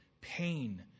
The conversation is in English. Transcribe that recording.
pain